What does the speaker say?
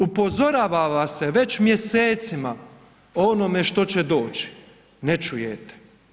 Upozorava vas se već mjesecima o onome što će doći, ne čujete.